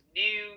new